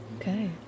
Okay